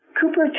Cooper